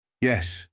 Yes